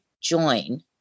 join